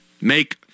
Make